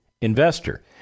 investor